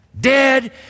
Dead